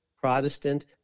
Protestant